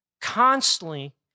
Constantly